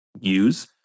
use